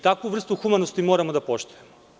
Takvu vrstu humanosti moramo da poštujemo.